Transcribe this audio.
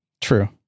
True